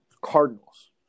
Cardinals